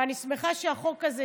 ואני שמחה שהחוק הזה,